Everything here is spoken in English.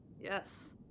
Yes